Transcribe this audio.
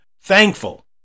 thankful